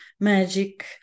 magic